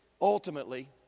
ultimately